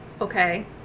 Okay